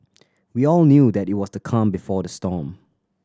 we all knew that it was the calm before the storm